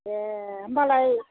ए होमबालाय